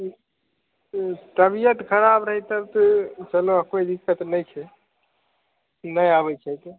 तबियत खराब रहै तब तऽ चलो कोइ दिक्कत नहि छै नहि आबैत छै तऽ